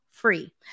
free